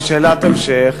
בשאלת המשך,